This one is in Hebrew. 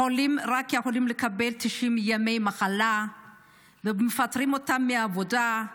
חולים יכולים לקבל רק 90 ימי מחלה ומפטרים אותם מהעבודה.